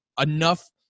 enough